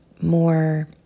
more